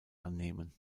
annehmen